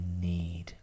need